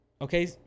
Okay